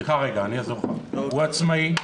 הוא עצמאי,